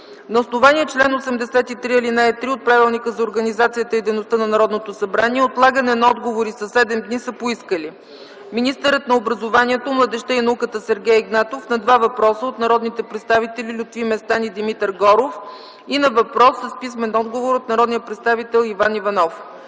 и дейността на Народното събрание отлагане на отговори със седем дни са поискали: - министърът на образованието, младежта и науката Сергей Игнатов на два въпроса от народните представители Лютви Местан и Димитър Горов и на въпрос с писмен отговор от народния представител Иван Иванов;